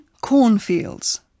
cornfields